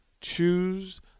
Choose